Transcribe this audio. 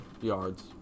yards